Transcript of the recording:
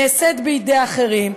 נעשית בידי אחרים,